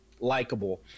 likable